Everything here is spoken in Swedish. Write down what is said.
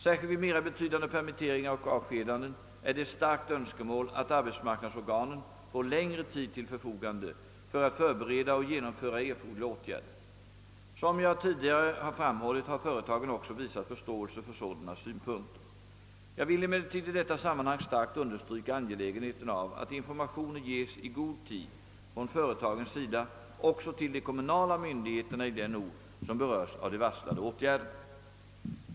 Särskilt vid mera betydande permitteringar och avskedanden är det ett starkt önskemål att arbetsmarknadsorganen får längre tid till förfogande för att förbereda och genomföra erforderliga åtgärder. Som jag tidigare har framhållit har företagen också visat förståelse för sådana synpunkter. Jag vill emellertid i detta sammanhang starkt understryka angelägenheten av att informationer ges i god tid från företagens sida också till de kommunala myndigheterna i den ort, som berörs av de varslade åtgärderna.